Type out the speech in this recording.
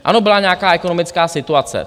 Ano, byla nějaká ekonomická situace.